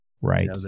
Right